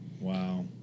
Wow